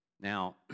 Now